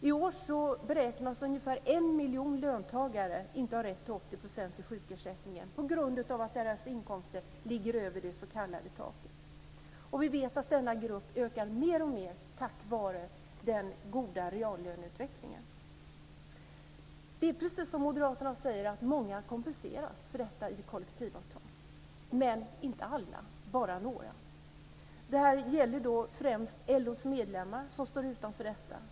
I år beräknas ungefär 1 miljon löntagare inte ha rätt till 80 % i sjukersättningen, på grund av att deras inkomster ligger över det s.k. taket. Vi vet att denna grupp ökar mer och mer tack vare den goda reallöneutvecklingen. Det är precis som moderaterna säger, att många kompenseras för detta i kollektivavtal - men inte alla, bara några. Det gäller främst LO:s medlemmar, som står utanför detta.